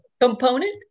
component